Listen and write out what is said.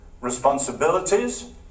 responsibilities